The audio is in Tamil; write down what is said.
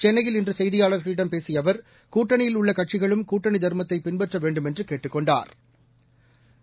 சென்னையில் இன்று செய்தியாளர்களிடம் பேசிய அவர் கூட்டணியில் உள்ள கட்சிகளும் கூட்டணி தா்மத்தை பின்பற்ற வேண்டுமென்று கேட்டுக் கொண்டாா்